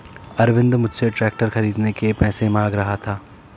अरविंद मुझसे ट्रैक्टर खरीदने के पैसे मांग रहा था